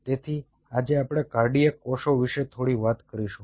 તેથી આજે આપણે કાર્ડિયાક કોષો વિશે થોડી વાત કરીશું